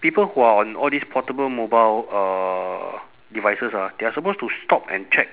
people who are on all these portable mobile uh devices ah they are supposed to stop and check